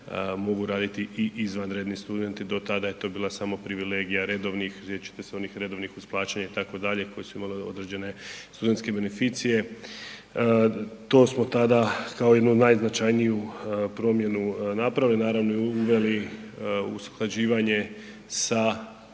mogu raditi i izvanredni studenti. Do tada je to bila samo privilegija redovnih, .../Govornik se ne razumije./... uz plaćanje, itd., koji su imali određene studentske beneficije. To smo tada kao jednu od najznačajniju promjenu napravili. Naravno, i uveli usklađivanje sa